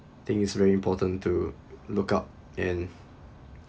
I think it's very important to look up and